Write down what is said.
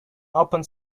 opened